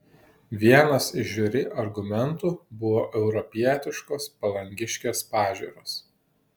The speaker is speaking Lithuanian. vienas iš žiuri argumentų buvo europietiškos palangiškės pažiūros